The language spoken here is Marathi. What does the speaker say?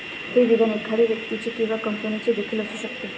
हे विधान एखाद्या व्यक्तीचे किंवा कंपनीचे देखील असू शकते